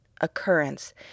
occurrence